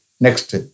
next